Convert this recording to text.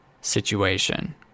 situation